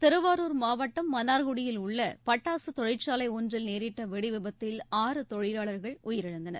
திருவாரூர் மாவட்டம் மன்னார்குடியில் உள்ள பட்டாசு தொழிற்சாலை ஒன்றில் நேரிட்ட வெடி விபத்தில் ஆறு தொழிலாளர்கள் உயிரிழந்தனர்